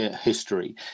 history